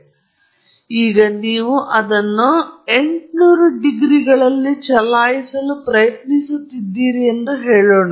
ಆದ್ದರಿಂದ ಈಗ ನೀವು ಇದನ್ನು 800 ಡಿಗ್ರಿಗಳಲ್ಲಿ ಚಲಾಯಿಸಲು ಪ್ರಯತ್ನಿಸುತ್ತಿದ್ದೀರಿ ಎಂದು ಹೇಳೋಣ